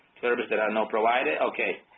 service there are not provided. ok.